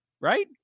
right